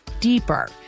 deeper